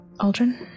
Aldrin